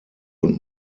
und